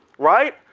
right?